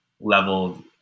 level